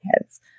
kids